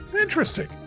Interesting